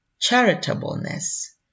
charitableness